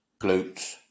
glutes